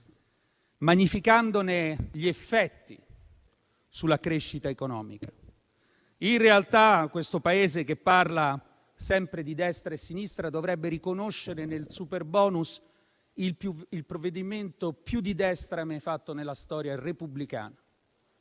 magnificandone gli effetti sulla crescita economica. In realtà, questo Paese, che parla sempre di destra e sinistra, dovrebbe riconoscere nel superbonus il provvedimento più di destra mai fatto nella storia repubblicana,